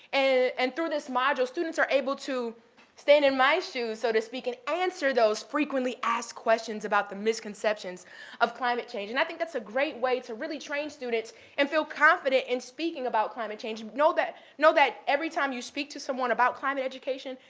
and and through this module, students are able to stand in my shoes, so to speak, and answer those frequently asked questions about the misconceptions of climate change, and i think that's a great way to really train students and feel confident in speaking about climate change. know that know that every time you speak to someone about climate education,